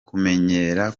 kumenyera